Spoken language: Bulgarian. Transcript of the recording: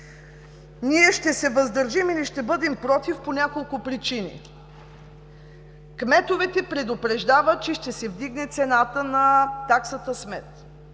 Ние ще се въздържим или ще бъдем „против“ по няколко причини. Кметовете предупреждават, че ще се вдигне цената на таксата смет.